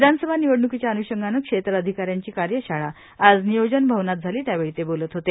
विधानसभा निवडणूकीच्या अन्षंगानं क्षेत्र अधिकाऱ्यांची कार्यशाळा आज नियोजन भवनात झाली त्यावेळी ते बोलत होते